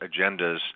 agendas